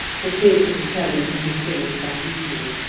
to think of returning for his things that evening.